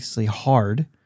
hard